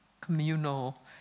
communal